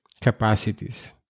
capacities